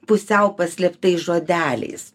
pusiau paslėptais žodeliais